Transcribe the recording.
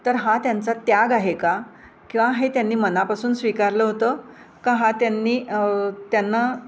तर हा त्यांचा त्याग आहे का किंवा हे त्यांनी मनापासून स्वीकारलं होतं का हा त्यांनी त्यांना